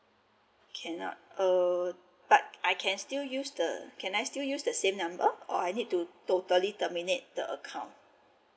can ah uh but I can still use the can I still use the same number or I need to totally terminate the account